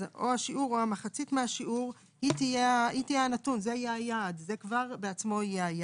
אז השיעור או מחציתו זה יהיה היעד בעצמו.